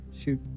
Shoot